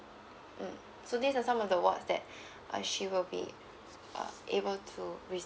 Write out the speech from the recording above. mm so these are some of the awards that uh she will be uh able to re~